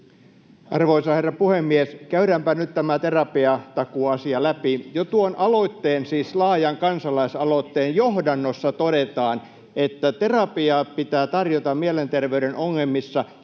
Arvoisa herra puhemies! Käydäänpä nyt tämä terapiatakuuasia läpi. Jo tuon laajan kansalaisaloitteen johdannossa todetaan, että terapiaa pitää tarjota mielenterveyden ongelmissa ja potilas